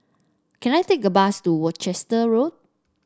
can I take a bus to Worcester Road